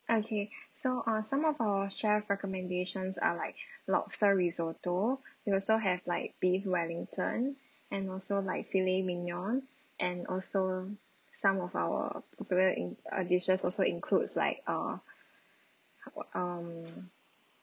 okay so err some of our chef recommendations are like lobster risotto we also have like beef wellington and also like filet mignon and also some of our popular in uh dishes also includes like err uh um